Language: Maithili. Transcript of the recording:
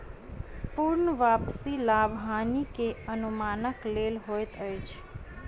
पूर्ण वापसी लाभ हानि के अनुमानक लेल होइत अछि